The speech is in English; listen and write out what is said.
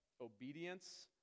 obedience